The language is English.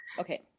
okay